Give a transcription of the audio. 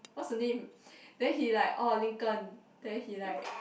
what's the name then he like orh Lincoln then he like